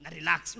Relax